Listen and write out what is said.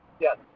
Yes